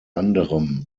anderem